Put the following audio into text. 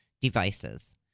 devices